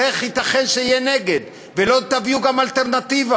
איך ייתכן שתהיו נגד, וגם לא תביאו אלטרנטיבה?